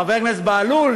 חבר הכנסת בהלול,